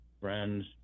friends